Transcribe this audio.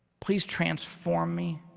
please transform me.